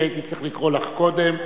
כי הייתי צריך לקרוא לך קודם,